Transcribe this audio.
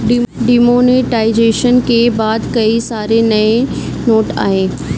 demonetisation के बाद कई सारे नए नोट आये